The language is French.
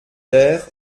ter